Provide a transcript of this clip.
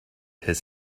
his